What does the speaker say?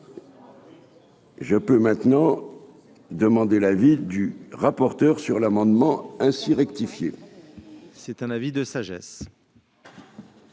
Je peux maintenant demander la ville du rapporteur sur l'amendement ainsi rectifié. C'est un avis de sagesse.